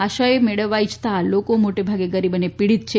આશ્રય મેળવવા ઈચ્છતા આ લોકો મોટાભાગે ગરીબ અને પીડિત છે